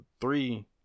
three